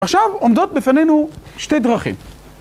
עכשיו עומדות בפנינו שתי דרכים.